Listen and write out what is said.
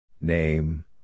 Name